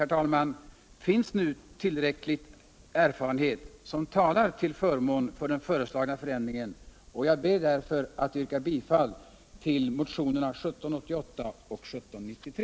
herr talman, finns nu tillräcklig erfarenhet som talar till förmån för den föreslagna förändringen, och jag ber därför att få yrka bifall till motionerna 1788 och 1793.